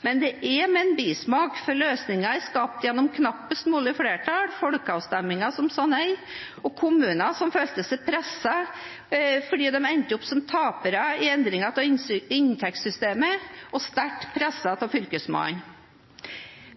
Men det er med en bismak, for løsningen er skapt gjennom knappest mulig flertall, en folkeavstemning som sa nei, og kommuner som følte seg presset fordi de endte opp som tapere i endringen av inntektssystemet og var sterkt presset av Fylkesmannen.